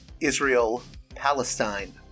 Israel-Palestine